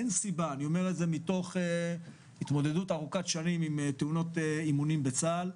מתוך התמודדות ארוכת שנים עם תאונות אימונים בצה"ל,